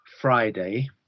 Friday